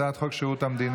הצעת חוק שירות המדינה.